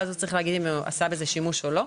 ואז הוא צריך להגיד אם הוא עשה בזה שימוש או לא.